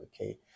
Okay